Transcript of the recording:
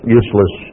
useless